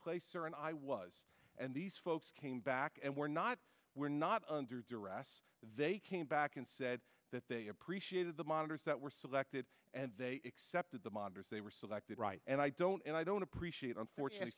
place sir and i was and these folks came back and we're not we're not under duress they came back and said that they appreciated the monitors that were selected and they except at the monitors they were selected right and i don't and i don't appreciate